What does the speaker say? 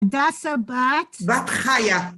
דסה בת, בת חיה.